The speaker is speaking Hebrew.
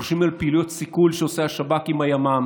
אנחנו שומעים על פעילויות סיכול שעושה השב"כ עם הימ"מ.